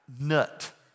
Nut